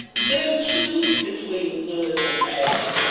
then choose between good and bad,